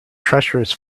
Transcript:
treacherous